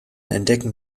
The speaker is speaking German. entdecken